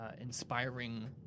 inspiring